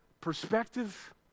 perspective